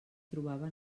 trobava